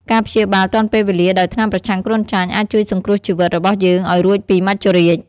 ការព្យាបាលទាន់ពេលវេលាដោយថ្នាំប្រឆាំងគ្រុនចាញ់ អាចជួយសង្គ្រោះជីវិតរបស់យើងឲ្យរួចពីមច្ចុរាជ។